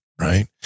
right